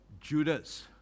Judas